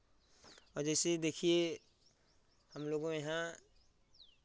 आ जैसे देखिए हम लोगों ने यहाँ